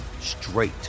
straight